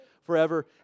forever